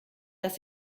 dass